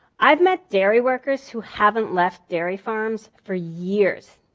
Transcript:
i've met dairy workers who haven't left dairy farms for years.